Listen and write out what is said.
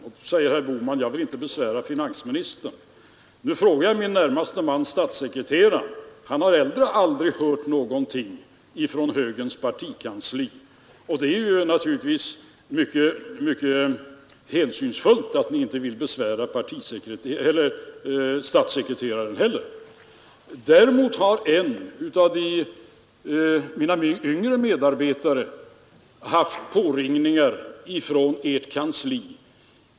Då säger herr Bohman: Jag vill inte besvära finansministern. Men då jag frågade min närmaste man, statssekreteraren, svarade han att han aldrig heller hade hört något från moderata samlingspartiets partikansli. Det är naturligtvis mycket hänsynsfullt av er att inte heller besvära statssekreteraren. Däremot har en av mina yngre medarbetare fått påringningar från ert kansli.